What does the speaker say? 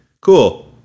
cool